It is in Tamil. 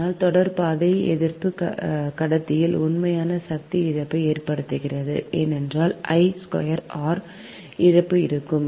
ஆனால் தொடர் எதிர்ப்பு கடத்தியில் உண்மையான சக்தி இழப்பை ஏற்படுத்துகிறது ஏனென்றால் இழப்பு இருக்கும்